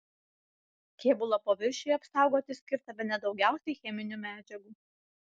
kėbulo paviršiui apsaugoti skirta bene daugiausiai cheminių medžiagų